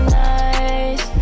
nice